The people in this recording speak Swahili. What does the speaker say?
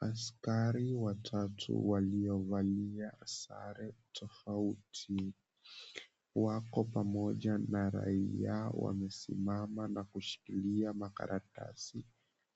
Askari watatu waliovalia sare tofauti, wako pamoja na raia. Wamesimama na kushikilia makaratasi